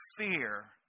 fear